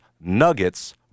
Nuggets